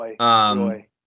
Joy